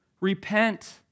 repent